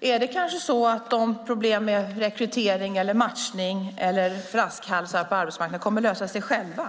Är det kanske så att de problem med rekrytering, matchning eller flaskhalsar som finns på arbetsmarknaden kommer att lösa sig själva?